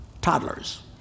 toddlers